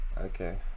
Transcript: Okay